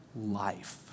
life